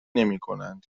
نمیکنند